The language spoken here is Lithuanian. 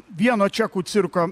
vieno čekų cirko